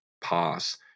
pass